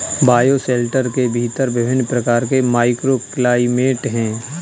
bioshelter के भीतर विभिन्न प्रकार के माइक्रोक्लाइमेट हैं